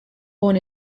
born